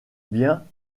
bien